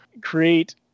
create